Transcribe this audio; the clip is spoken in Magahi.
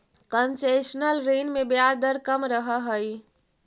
कंसेशनल ऋण में ब्याज दर कम रहऽ हइ